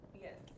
Yes